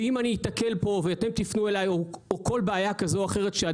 ואם אני אתקל פה ואתם תפנו אלי עם כול בעיה כזו או אחרת ועם